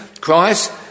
Christ